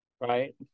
Right